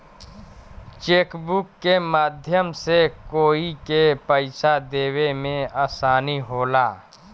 chequebook के माध्यम से कोई के पइसा देवे में आसानी होला